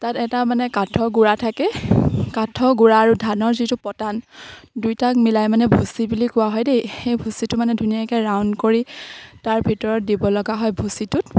তাত এটা মানে কাঠ গুড়া থাকে কাঠ গুড়া আৰু ধানৰ যিটো পটান দুইটাক মিলাই মানে ভুচি বুলি কোৱা হয় দেই সেই ভুচিটো মানে ধুনীয়াকে ৰাউণ্ড কৰি তাৰ ভিতৰত দিব লগা হয় ভুচিটোত